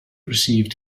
received